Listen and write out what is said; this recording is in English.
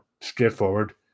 straightforward